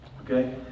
Okay